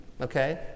okay